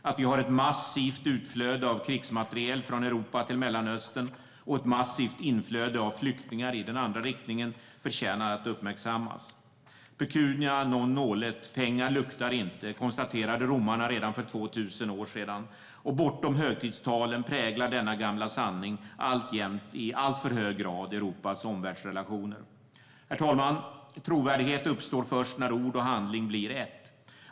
Att vi har ett massivt utflöde av krigsmateriel från Europa till Mellanöstern och ett massivt inflöde av flyktingar i den andra riktningen förtjänar att uppmärksammas. Pecunia non olet, pengar luktar inte, konstaterade romarna redan för 2 000 år sedan, och bortom högtidstalen präglar denna gamla sanning alltjämt i alltför hög grad Europas omvärldsrelationer. Herr talman! Trovärdighet uppstår först när ord och handling blir ett.